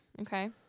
okay